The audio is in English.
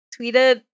tweeted